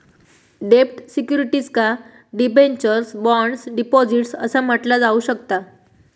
डेब्ट सिक्युरिटीजका debentures, bonds, deposits असा म्हटला जाऊ शकता